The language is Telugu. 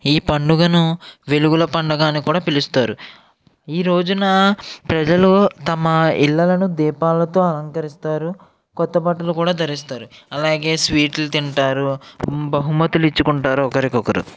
ఈ పండుగను వెలుగుల పండగ అని కూడా పిలుస్తారు ఈ రోజున ప్రజలు తమ ఇళ్లలను దీపాలతో అలంకరిస్తారు కొత్త బట్టలు కూడా ధరిస్తారు అలాగే స్వీట్లు తింటారు బహుమతులు ఇచ్చుకుంటారు ఒకరికి ఒకరు